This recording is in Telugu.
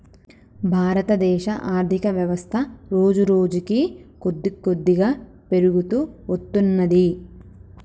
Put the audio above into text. భారతదేశ ఆర్ధికవ్యవస్థ రోజురోజుకీ కొద్దికొద్దిగా పెరుగుతూ వత్తున్నది